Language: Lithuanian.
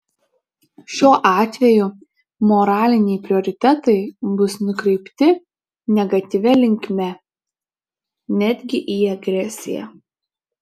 šiuo atveju moraliniai prioritetai bus nukreipti negatyvia linkme netgi į agresiją